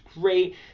great